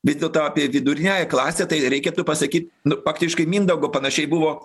vis dėlto apie viduriniąją klasę tai reikėtų pasakyt nu faktiškai mindaugo panašiai buvo